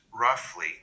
roughly